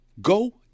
Go